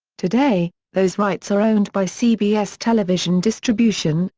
today, those rights are owned by cbs television distribution,